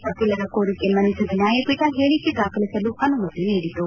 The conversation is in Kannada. ವಕೀಲರ ಕೋರಿಕೆ ಮನ್ನಿಸಿದ ನ್ಯಾಯಪೀಠ ಹೇಳಿಕೆ ದಾಖಲಿಸಲು ಅನುಮತಿ ನೀಡಿತು